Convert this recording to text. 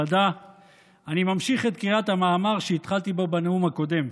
אני ממשיך את קריאת המאמר שהתחלתי בו בנאום הקודם.